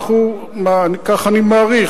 ככה אני מעריך.